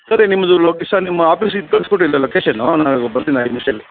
ಸರಿ ನಿಮ್ಮದು ಲೊಕೇಶನ್ ನಿಮ್ಮ ಆಫೀಸಿದು ಕಳ್ಸ್ಕೊಡಿ ಅಲ್ಲ ಲೊಕೇಶನ್ನು ನಾನು ಈಗ ಬರ್ತೀನಿ ಐದು ನಿಮಿಷದಲ್ಲಿ